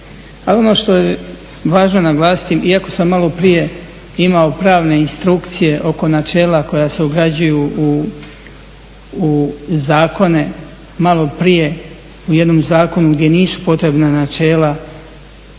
ono što je važno naglasiti iako sam maloprije imao pravne instrukcije oko načela koja se ugrađuju u zakone maloprije u jednom zakonu gdje nisu potrebna načela